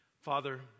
Father